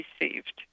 received